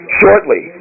shortly